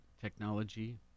technology